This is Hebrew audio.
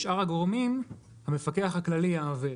לשאר הגורמים המפקח הכללי יעביר.